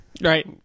Right